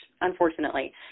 unfortunately